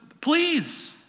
please